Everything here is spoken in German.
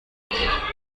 ich